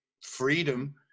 freedom